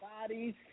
bodies